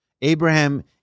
Abraham